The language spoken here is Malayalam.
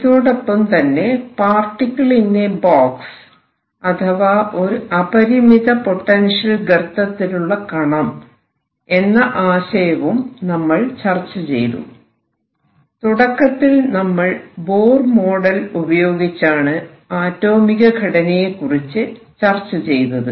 ഇതോടൊപ്പം തന്നെ പാർട്ടിക്കിൾ ഇൻ എ ബോക്സ് അഥവാ ഒരു അപരിമിത പൊട്ടൻഷ്യൽ ഗർത്തത്തിലുള്ള കണം എന്ന ആശയവും നമ്മൾ ചർച്ച ചെയ്തു തുടക്കത്തിൽ നമ്മൾ ബോർ മോഡൽ ഉപയോഗിച്ചാണ് ആറ്റോമിക ഘടനയെക്കുറിച്ച് ചർച്ച ചെയ്തത്